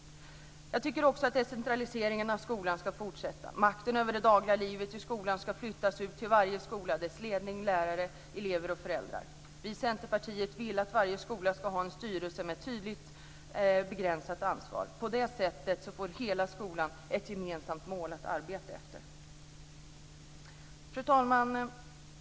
Jag tycker också att decentraliseringen av skolan ska fortsätta. Makten över det dagliga livet i skolan ska flyttas ut till varje skola, till dess ledning, lärare, elever och föräldrar. Vi i Centerpartiet vill att varje skola ska ha en styrelse med ett tydligt avgränsat ansvar. På det sättet får hela skolan ett gemensamt mål att arbeta efter. Fru talman!